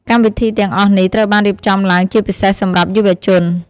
កម្មវិធីទាំងអស់នេះត្រូវបានរៀបចំឡើងជាពិសេសសម្រាប់យុវជន។